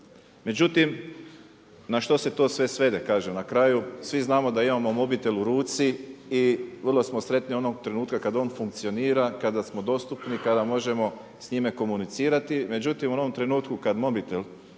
Međutim, na što se to sve svede? Na kraju svi znamo da imamo mobitel u ruci i vrlo smo sretni onog trenutka kad on funkcionira, kada smo dostupni, kada možemo s njime komunicirati. Međutim u onom trenutku kada mobitel